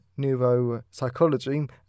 Neuropsychology